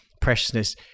preciousness